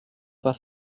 pas